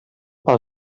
pel